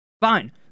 Fine